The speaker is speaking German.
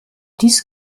dies